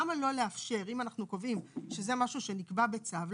אם אנחנו קובעים שזה משהו שנקבע בצו,